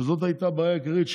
וזו הייתה הבעיה העיקרית,